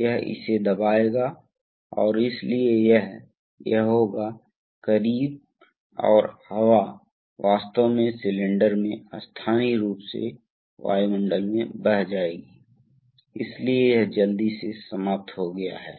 pump को unload कर सकते हैं जब बिजली की आवश्यकता को बनाए रखने के लिए दबाव की आवश्यकता होती है ताकि अगर अचानक हम एक बहुत भारी भार डालते हैं तो यह अभी भी स्थानांतरित हो जाएगा लेकिन इसे धीरे धीरे स्थानांतरित किया जाएगा